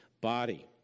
body